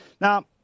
Now